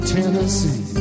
Tennessee